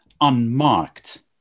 unmarked